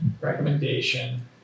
recommendation